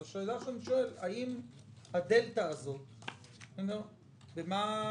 אני שואל: במה הדלתא הזאת הושקעה?